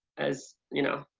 as you know.